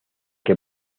que